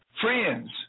Friends